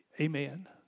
Amen